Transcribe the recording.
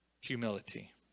Humility